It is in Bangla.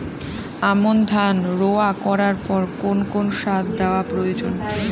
আমন ধান রোয়া করার পর কোন কোন সার দেওয়া প্রয়োজন?